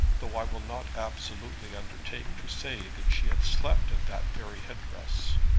though i will not absolutely undertake to say that she had slept in that very head-dress.